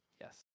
yes